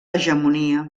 hegemonia